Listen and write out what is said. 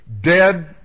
dead